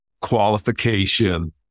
qualification